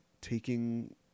taking